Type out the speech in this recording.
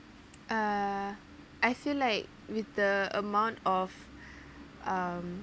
uh I feel like with the amount of um